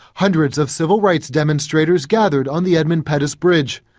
hundreds of civil rights demonstrators gathered on the edmund pettus bridge.